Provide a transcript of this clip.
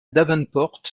davenport